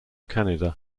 canada